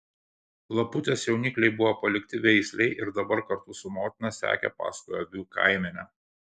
laputės jaunikliai buvo palikti veislei ir dabar kartu su motina sekė paskui avių kaimenę